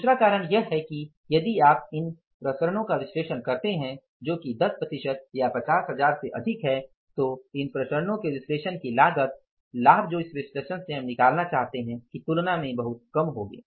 दूसरा कारण यह है कि यदि आप इन प्रसरणओं का विश्लेषण करते हैं जो कि १० प्रतिशत या ५० हजार से अधिक हैं तो इन प्रसरणओं के विश्लेषण की लागत लाभ जो इस विश्लेषण से हम निकालना चाहते है की तुलना में बहुत कम होगी